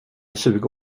tjugo